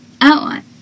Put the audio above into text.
outline